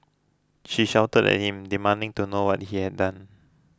she shouted at him demanding to know what he had done